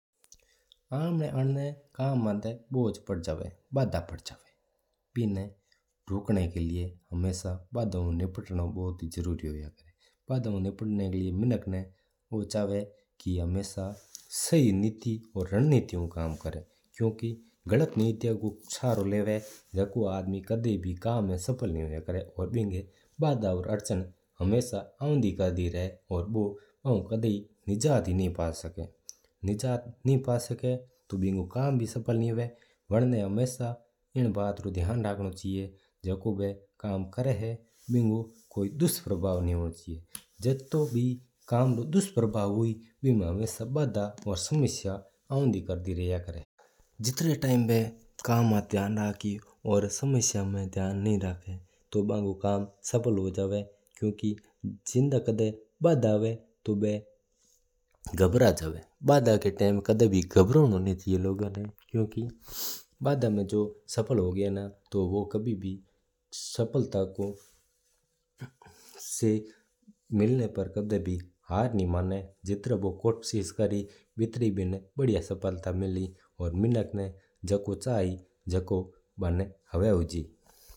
आपणा माता कम्म मतलब भोज पड़ जवा बादा पड़ जवा। बिना रोकणा का लीयां हमेशा बिना निपटणो बहुत जरुरी होया करै। बड़ा ऊ निपटणां का वास्ता मिनाक ना चावां की हमेशा सही नीति और सही रणनीति ऊ कम्म करै। क्यूंकि गलत नित्यां रूक सहरो लैवा बो कदी ही कम्म में सफल नहीं होया करै और बिना बड़ा और अड़चन हमेशा आती रेवा औरर बो इन्नु कदी आजाद ही कोन पा सकै। आजाद कोन हू सकै तो बिना बो सफल भी कोन हू सकै वा हमेशा इन बात रा ध्यान रखणो चाहिये जको कम्म बो करै है बिना। कोई दुष्प्रभाव नीं होना चाहिजा।